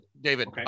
david